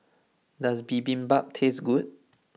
does Bibimbap taste good